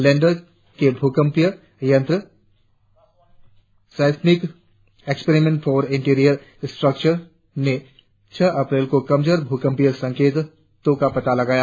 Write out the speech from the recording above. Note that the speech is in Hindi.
लैंडर के भूकंपमापी यंत्र seismic experiment for interior structure ने छह अप्रैल को कमजोर भूकंपीय संकेतों का पता लगाया